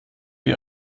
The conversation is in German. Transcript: wie